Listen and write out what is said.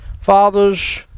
fathers